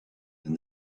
and